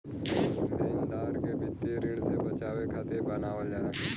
लेनदार के वित्तीय ऋण से बचावे खातिर बनावल जाला